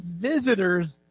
visitors